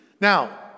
Now